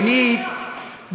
שנית,